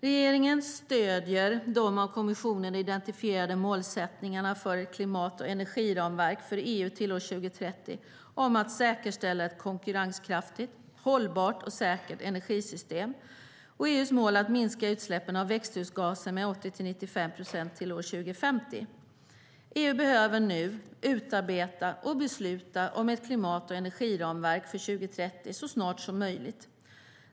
Regeringen stöder de av kommissionen identifierade målsättningarna för ett klimat och energiramverk för EU till år 2030 om att säkerställa ett konkurrenskraftigt, hållbart och säkert energisystem och EU:s mål att minska utsläppen av växthusgaser med 80-95 procent till år 2050. EU behöver nu utarbeta och besluta om ett klimat och energiramverk för 2030 så snart som möjligt.